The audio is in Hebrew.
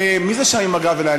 מי זה שם עם הגב אלי?